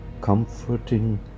comforting